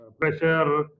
pressure